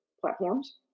platforms